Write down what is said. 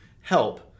help